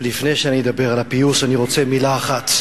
לפני שאני אדבר על הפיוס אני רוצה מלה אחת,